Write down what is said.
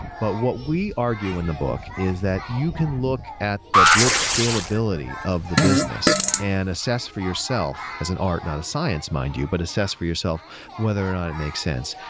but what we argue in the book is that you can look at the blitz scalability of the business and assess for yourself, as an art, not a science, mind you, but assess for yourself whether or not it makes sense.